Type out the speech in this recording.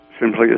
simply